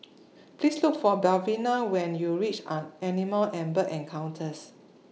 Please Look For Melvina when YOU REACH An Animal and Bird Encounters